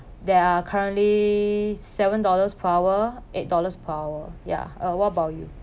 that are currently seven dollars per hour eight dollars per hour ya uh what about you